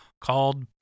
called